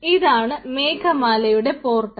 ഇതാണ് മേഘമാലയുടെ പോർട്ടൽ